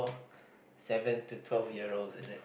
seven to twelve year olds isn't it